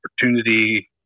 opportunity